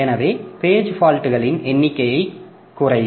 எனவே பேஜ் ஃபால்ட்களின் எண்ணிக்கை குறையும்